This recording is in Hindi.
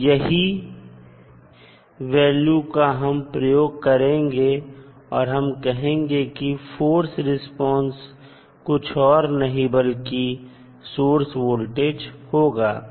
तो यही वैल्यू का हम प्रयोग करेंगे और हम कहेंगे कि फोर्स रिस्पांस कुछ और नहीं बल्कि सोर्स वोल्टेज होगा